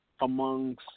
amongst